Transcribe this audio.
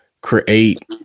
create